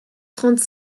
trente